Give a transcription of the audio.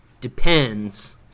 depends